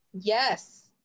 Yes